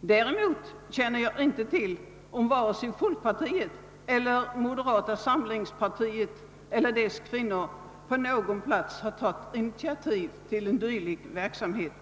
Däremot vet jag inte om vare sig folkpartiet eller moderata samlingspartiet, eller deras kvinnoförbund, på någon plats tagit initiativ till dylik verksamhet.